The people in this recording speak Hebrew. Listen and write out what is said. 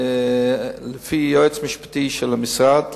לפי יועץ משפטי של המשרד,